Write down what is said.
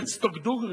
let's talk דוגרי.